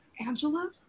Angela